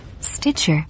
Stitcher